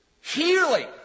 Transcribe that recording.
healing